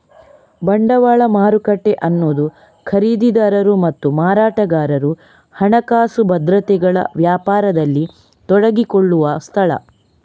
ಬಂಡವಾಳ ಮಾರುಕಟ್ಟೆ ಅನ್ನುದು ಖರೀದಿದಾರರು ಮತ್ತು ಮಾರಾಟಗಾರರು ಹಣಕಾಸು ಭದ್ರತೆಗಳ ವ್ಯಾಪಾರದಲ್ಲಿ ತೊಡಗಿಸಿಕೊಳ್ಳುವ ಸ್ಥಳ